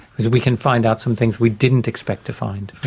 because we can find out some things we didn't expect to find.